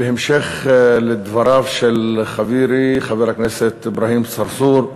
בהמשך לדבריו של חברי חבר הכנסת אברהים צרצור,